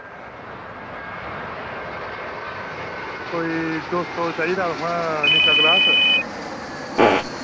कोई दौ सौ चाहिदा निक्का गलास